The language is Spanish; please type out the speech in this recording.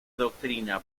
doctrina